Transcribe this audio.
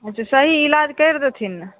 अच्छा सही इलाज करि देथिन ने